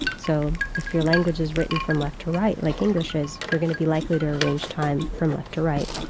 so if your language is written from left to right like english is you're going to be likely to arrange time from left to right.